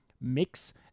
mix